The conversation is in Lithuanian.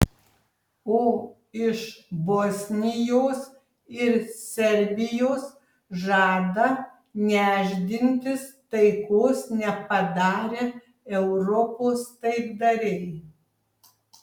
o iš bosnijos ir serbijos žada nešdintis taikos nepadarę europos taikdariai